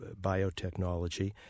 biotechnology